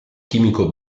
chimico